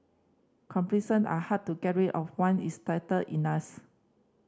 complacency are hard to get rid of one it's settled in us